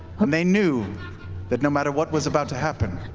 um they knew that no matter what was about to happen,